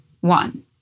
One